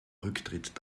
rücktritt